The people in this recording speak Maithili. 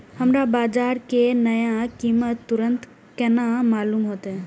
हमरा बाजार के नया कीमत तुरंत केना मालूम होते?